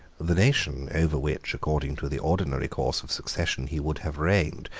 the nation over which, according to the ordinary course of succession, he would have reigned,